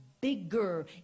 bigger